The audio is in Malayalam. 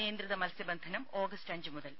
നിയന്ത്രിത മത്സ്യബന്ധനം ഓഗസ്റ്റ് അഞ്ച് മുതൽ